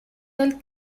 del